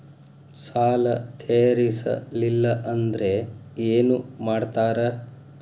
ಸಾಲ ತೇರಿಸಲಿಲ್ಲ ಅಂದ್ರೆ ಏನು ಮಾಡ್ತಾರಾ?